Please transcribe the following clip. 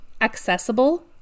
accessible